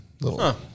little